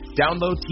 Download